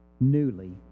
newly